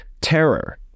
terror